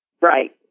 Right